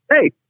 Hey